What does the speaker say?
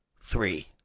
three